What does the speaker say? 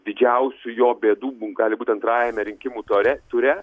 didžiausių jo bėdų gali būti antrajame rinkimų ture ture